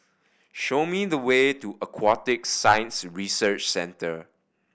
show me the way to Aquatic Science Research Centre